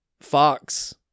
Fox